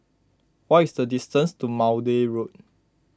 what is the distance to Maude Road